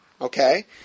Okay